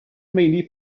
meini